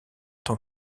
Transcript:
tant